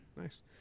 Nice